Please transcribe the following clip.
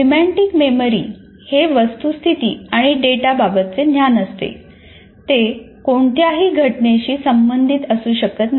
semantic memory हे वस्तुस्थिती आणि डेटा बाबतचे ज्ञान असते ते कोणत्याही घटनेशी संबंधित असू शकत नाही